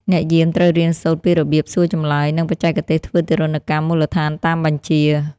អ្នកយាមត្រូវរៀនសូត្រពីរបៀបសួរចម្លើយ និងបច្ចេកទេសធ្វើទារុណកម្មមូលដ្ឋានតាមបញ្ជា។